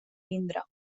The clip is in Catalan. vindre